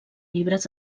llibres